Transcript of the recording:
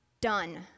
done